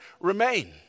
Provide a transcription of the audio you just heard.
remain